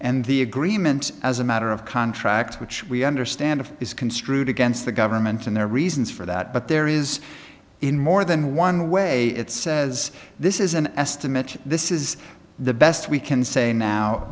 and the agreement as a matter of contract which we understand is construed against the government and there are reasons for that but there is in more than one way it says this is an estimate this is the best we can say now